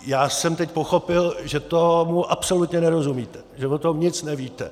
Já jsem teď pochopil, že tomu absolutně nerozumíte, že o tom nic nevíte.